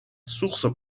source